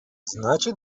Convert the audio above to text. значит